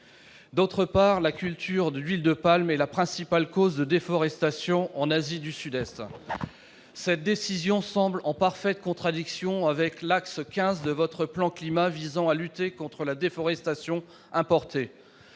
D'autre part, la culture de l'huile de palme est la principale cause de déforestation en Asie du Sud-Est. Cette décision semble en parfaite contradiction avec l'axe 15 de votre plan Climat, visant à lutter contre la déforestation importée.